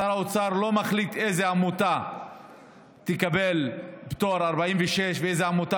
שר האוצר לא מחליט איזו עמותה תקבל פטור לפי סעיף 46 ואיזו עמותה